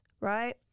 right